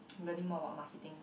learning more about marketing